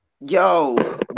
yo